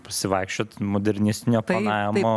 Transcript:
pasivaikščiot modernistinio planavimo